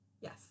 Yes